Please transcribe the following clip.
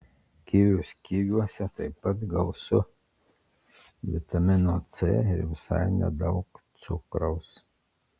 kivius kiviuose taip pat gausu vitamino c ir visai nedaug cukraus